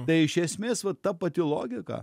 tai iš esmės va ta pati logika